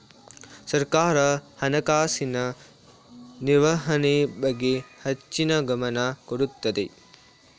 ಸರ್ಕಾರ ಹಣಕಾಸಿನ ನಿರ್ವಹಣೆ ಬಗ್ಗೆ ಹೆಚ್ಚಿನ ಗಮನ ಕೊಡುತ್ತದೆ